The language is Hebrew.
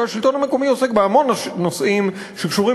כי השלטון המקומי עוסק בהמון נושאים שקשורים